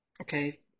Okay